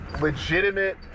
legitimate